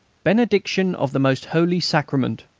benediction of the most holy sacrament.